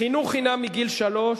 חינוך חינם מגיל שלוש,